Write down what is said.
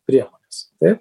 priemones taip